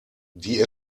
die